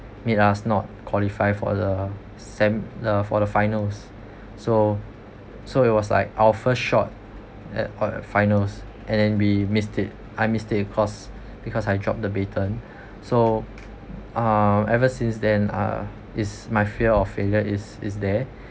I was not qualify for the sem~ the for the finals so so it was like our first shot at at finals and then we missed it I missed it cause because I dropped the baton so uh ever since then uh is my fear of failure is is there